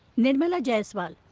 nirmala jaiswal.